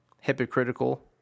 hypocritical